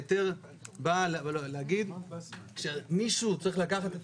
ההיתר בא להגיד שמישהו צריך לקחת את